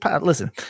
Listen